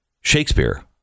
Shakespeare